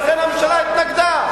ולכן הממשלה התנגדה.